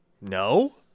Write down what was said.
No